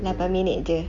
lapan minute jer